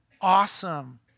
awesome